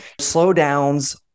slowdowns